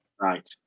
Right